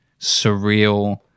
surreal